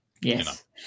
yes